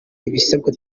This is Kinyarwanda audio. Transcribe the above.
ibisabwa